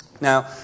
Now